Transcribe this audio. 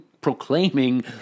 proclaiming